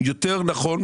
יותר נכון,